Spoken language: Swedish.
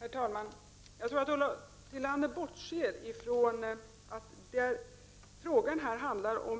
Herr talman! Jag tror att Ulla Tillander bortser från att det här